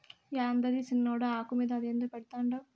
యాందది సిన్నోడా, ఆకు మీద అదేందో పెడ్తండావు